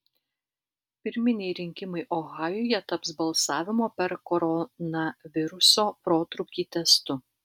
pirminiai rinkimai ohajuje taps balsavimo per koronaviruso protrūkį testu